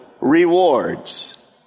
rewards